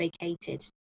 vacated